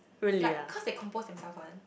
like cause they compose themselves one